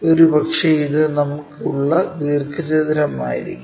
ഒരുപക്ഷേ ഇത് നമുക്ക് ഉള്ള ദീർഘചതുരം ആയിരിക്കും